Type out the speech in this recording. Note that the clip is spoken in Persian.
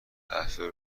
اساس